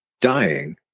dying